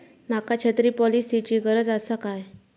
माका छत्री पॉलिसिची गरज आसा काय?